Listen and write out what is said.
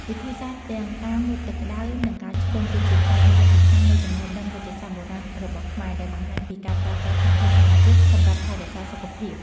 វិធីសាស្ត្រទាំងការមុជទឹកក្តៅ និងការឆ្ពង់ គឺជាផ្នែកមួយដ៏សំខាន់នៃចំណេះដឹងវេជ្ជសាស្ត្របុរាណរបស់ខ្មែរ ដែលបង្ហាញពីការប្រើប្រាស់ធនធានធម្មជាតិសម្រាប់ថែរក្សាសុខភាព។